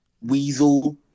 Weasel